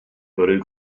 bwrw